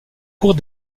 cours